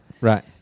Right